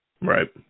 Right